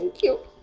you.